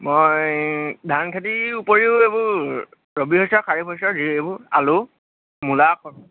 মই ধান খেতিৰ উপৰিও এইবোৰ ৰবি শস্য় শস্য় এইবােৰ আলু মূলা